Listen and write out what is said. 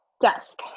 Desk